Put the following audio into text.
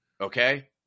Okay